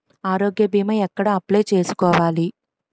ఆరోగ్య భీమా ఎక్కడ అప్లయ్ చేసుకోవాలి?